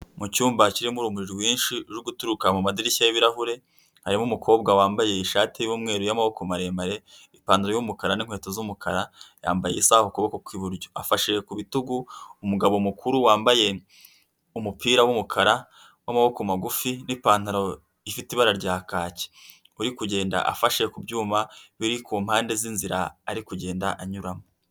Mu cyumba kirimo urumuri rwinshi ruri guturuka mu madirishya y'ibirahure. Harimo umukobwa wambaye ishati y'umweru y'amaboko maremare, ipantaro y'umukara, n' inkweto z'umukara, yambaye isaha ku kuboko kw'iburyo. Afashe ku bitugu umugabo mukuru wambaye umupira w'umukara, w'amaboko magufi n'ipantaro ifite ibara rya kaki uri kugenda afashe ku byuma biri ku mpande z'inzira ari kugenda anyuramo.